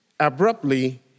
Abruptly